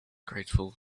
grateful